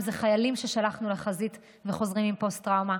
אם זה חיילים ששלחנו לחזית וחוזרים עם פוסט טראומה,